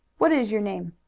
what is your name?